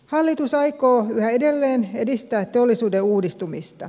hallitus aikoo yhä edelleen edistää teollisuuden uudistumista